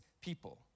people